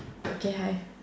okay hi